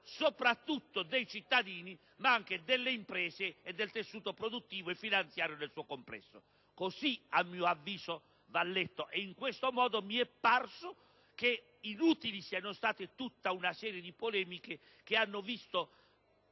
soprattutto dei cittadini, ma anche delle imprese e del tessuto produttivo e finanziario nel suo complesso. Così, a mio avviso, va letto il provvedimento e in questo modo mi è parso che siano state inutili tutta una serie di polemiche che hanno